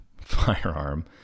firearm